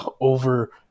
over